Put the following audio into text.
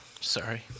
sorry